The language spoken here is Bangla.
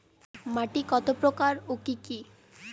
মাটি কতপ্রকার ও কি কী?